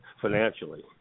financially